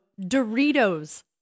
Doritos